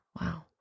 wow